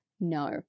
No